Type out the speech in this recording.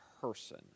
person